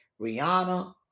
Rihanna